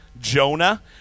Jonah